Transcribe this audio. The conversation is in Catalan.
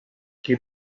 qui